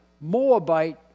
Moabite